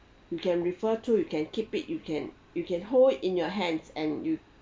you can refer to you can keep it you can you can hold it in your hands and you